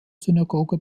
synagoge